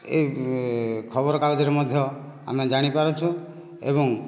ଏହି ଖବର କାଗଜରେ ମଧ୍ୟ ଆମେ ଜାଣିପାରୁଛୁ ଏବଂ